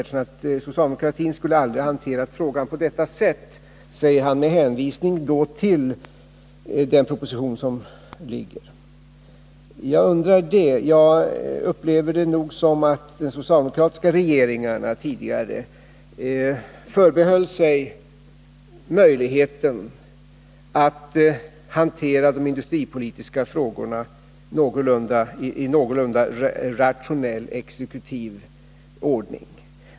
Socialdemokratin skulle aldrig ha hanterat frågan på detta sätt, säger Thage Peterson med hänvisning till den proposition som ligger. Jag undrar det. Jag upplever det nog som att de socialdemokratiska regeringarna tidigare förbehöll sig möjligheten att hantera de industripolitiska frågorna i någorlunda rationell exekutiv ordning.